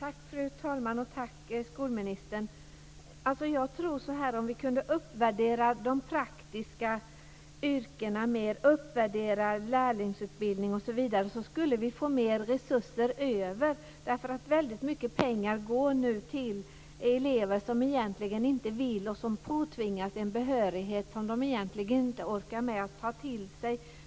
Fru talman! Tack, skolministern! Jag tror att vi, om vi kunde uppvärdera de praktiska yrkena, lärlingsutbildning osv., skulle få mer resurser över. Nu går väldigt mycket pengar till elever som egentligen inte vill och som påtvingas en behörighet som de egentligen inte orkar med att ta till sig.